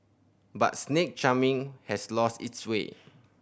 but snake charming has lost its sway